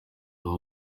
aba